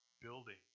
building